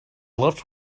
left